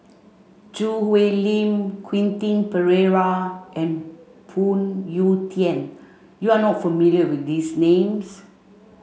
Choo Hwee Lim Quentin Pereira and Phoon Yew Tien you are not familiar with these names